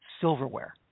silverware